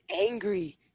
angry